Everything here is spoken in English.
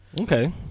Okay